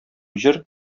җыр